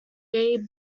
gay